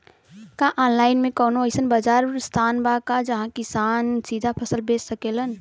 का आनलाइन मे कौनो अइसन बाजार स्थान बा जहाँ किसान सीधा फसल बेच सकेलन?